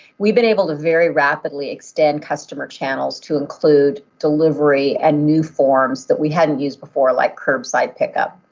we've been able to very rapidly extend customer channels to include delivery and new forms that we hadn't used before like curbside pickup.